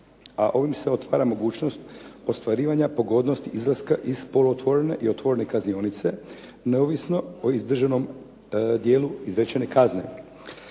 a ovim se otvara mogućnost ostvarivanja pogodnosti izlaska iz poluotvorene i otvorene kaznionice neovisno o izdržanom dijelu izrečene kazne.